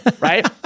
right